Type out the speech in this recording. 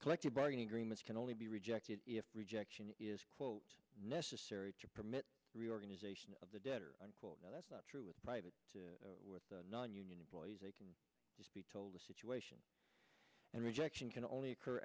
collective bargaining agreements can only be rejected if rejection is quote necessary to permit reorganization of the debtor no that's not true with private with nonunion employees they can just be told the situation and rejection can only occur